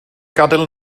gadael